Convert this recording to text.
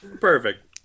Perfect